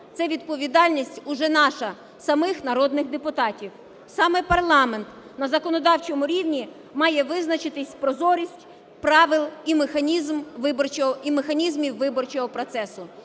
Це відповідальність уже наша, самих народних депутатів. Саме парламент на законодавчому рівні має визначити прозорість правил і механізмів виборчого процесу.